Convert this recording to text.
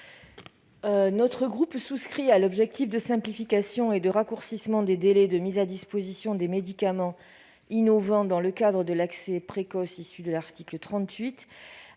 Notre groupe souscrit à l'objectif de simplification et de raccourcissement des délais de mise à disposition des médicaments innovants dans le cadre de l'accès précoce mis en place par l'article 38.